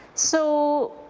so